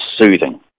soothing